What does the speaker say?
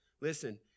Listen